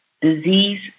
disease